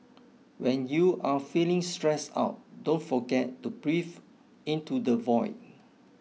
when you are feeling stressed out don't forget to breathe into the void